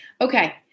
Okay